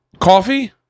Coffee